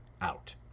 out